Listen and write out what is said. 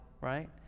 right